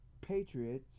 Patriots